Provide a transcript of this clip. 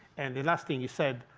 and the last thing he said,